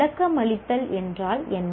விளக்கமளித்தல் என்றால் "'என்ன